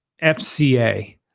fca